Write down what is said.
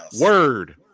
Word